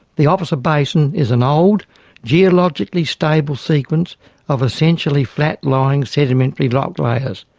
the officer basin is an old geologically stable sequence of essentially flat lying sedimentary rock layers,